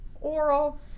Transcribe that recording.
oral